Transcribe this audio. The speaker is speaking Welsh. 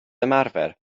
ymarfer